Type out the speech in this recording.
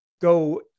go